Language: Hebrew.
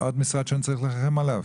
עוד משרד שאני צריך לרחם עליו?